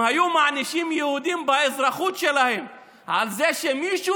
אם היו מענישים יהודים באזרחות שלהם על זה שמישהו